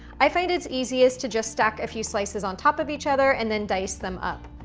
i find it's easiest to just stack a few slices on top of each other and then dice them up.